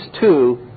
two